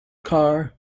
car